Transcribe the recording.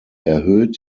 erhöht